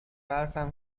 حرفم